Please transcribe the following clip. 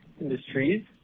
Industries